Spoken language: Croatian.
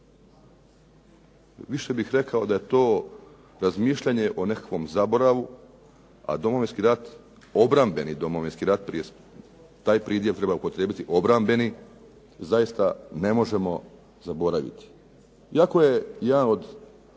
Više bih rekao da je to razmišljanje o nekakvom zaboravu, a Domovinski rat, obrambeni Domovinski rat, taj pridjev treba upotrijebiti-obrambeni, zaista ne možemo zaboraviti. Iako je jedan od